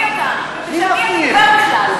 בשם מי אתה בא בכלל?